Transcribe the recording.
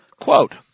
Quote